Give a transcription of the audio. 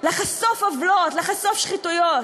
לחשוף עוולות, לחשוף שחיתויות,